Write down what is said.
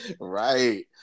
Right